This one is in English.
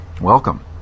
Welcome